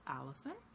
Allison